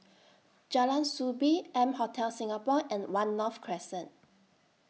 Jalan Soo Bee M Hotel Singapore and one North Crescent